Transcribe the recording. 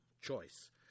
choice